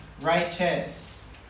righteous